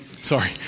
Sorry